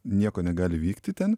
nieko negali vykti ten